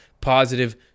positive